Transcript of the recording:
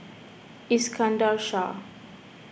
Iskandar Shah